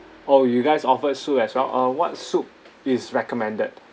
oh you guys offer soup as well uh what soup is recommended